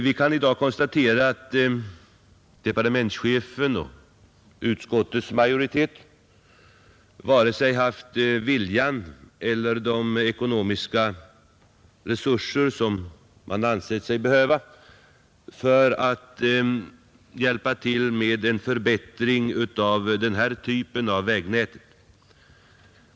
Vi kan i dag konstatera att departementschefen och utskottets majoritet varken haft viljan eller de ekonomiska resurser som de ansett sig behöva för att hjälpa till med en förbättring av denna del av vägnätet.